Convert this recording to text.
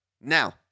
Now